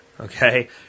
Okay